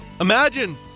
Imagine